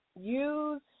use